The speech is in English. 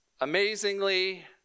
Amazingly